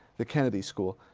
the kennedy school